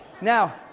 now